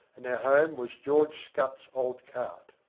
and their home was george scutt's old cart.